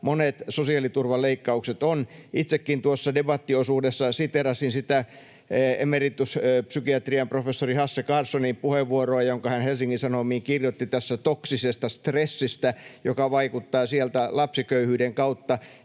monet sosiaaliturvaleikkaukset ovat. Itsekin tuossa debattiosuudessa siteerasin sitä psykiatrian emeritusprofessori Hasse Karlssonin puheenvuoroa, jonka hän Helsingin Sanomiin kirjoitti tästä toksisesta stressistä, joka vaikuttaa sieltä lapsiköyhyyden kautta.